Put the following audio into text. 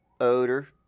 odor